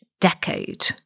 decade